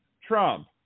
Trump